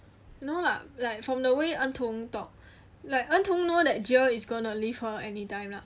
no lah like from the way en tong talk like en tong know that jill is gonna leave her anytime lah